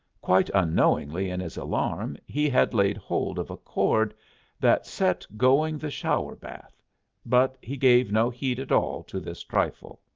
quite unknowingly in his alarm he had laid hold of a cord that set going the shower-bath but he gave no heed at all to this trifle.